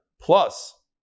plus